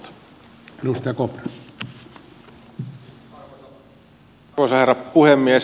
arvoisa herra puhemies